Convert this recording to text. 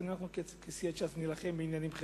לכן אנחנו כסיעת ש"ס נילחם בעניינים חברתיים.